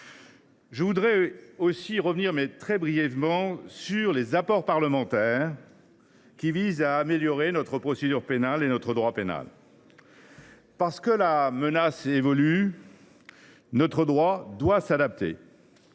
je tiens à revenir très brièvement sur les apports parlementaires qui ont permis d’améliorer notre procédure pénale et notre droit pénal. Parce que la menace évolue, notre droit doit s’adapter